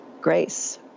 grace